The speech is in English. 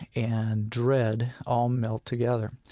and dread all meld together.